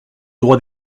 droit